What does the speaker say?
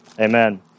Amen